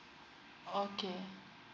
okay